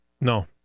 No